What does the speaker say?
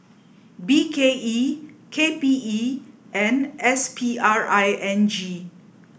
B K E K P E and S P R I N G